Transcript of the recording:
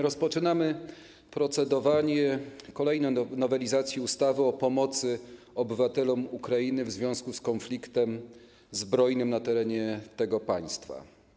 Rozpoczynamy procedowanie nad kolejną nowelizacją ustawy o pomocy obywatelom Ukrainy w związku z konfliktem zbrojnym na terenie tego państwa.